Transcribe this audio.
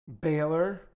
Baylor